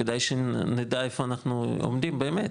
כדאי שנדע איפה אנחנו עומדים באמת.